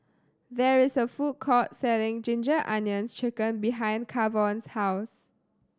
there is a food court selling Ginger Onions Chicken behind Kavon's house